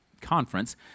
Conference